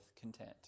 content